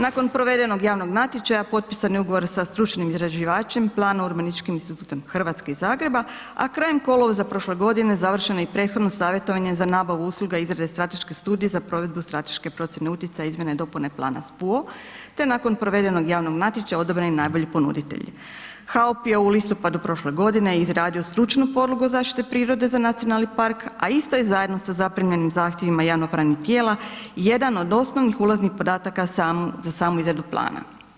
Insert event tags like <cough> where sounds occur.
Nakon provedenog javnog natječaja, potpisan je ugovor sa stručnim izrađivačem, plan ... <unintelligible> Hrvatske i Zagreba a krajem kolovoza prošle godine završeno je prethodno savjetovanje za nabavu usluga izrade strateške studije za provedbu strateške procjene utjecaja izmjene i dopuna plana ... <unintelligible> te nakon provedenog javnog natječaja odobren je najbolji ponuditelj. ... <unintelligible> je u listopadu prošle godine izradio stručnu podlogu zaštite prirode za nacionalni par a ista je zajedno sa zaprimljenim zahtjevima javnopravnih tijela, jedan od osnovnih ulaznih podataka za samu izradu plana.